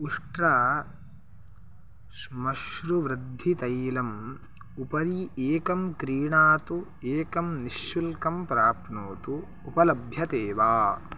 उष्ट्रश्मश्रुवृद्धितैलम् उपरि एकं क्रीणातु एकं निश्शुल्कं प्राप्नोतु उपलभ्यते वा